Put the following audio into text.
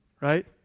Right